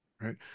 Right